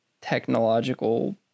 technological